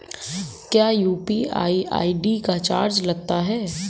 क्या UPI ID का charge लगता है?